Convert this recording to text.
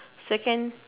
second